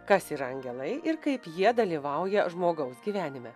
kas yra angelai ir kaip jie dalyvauja žmogaus gyvenime